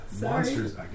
Monsters